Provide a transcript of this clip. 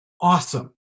awesome